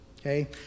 Okay